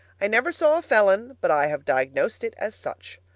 i never saw a felon, but i have diagnosed it as such.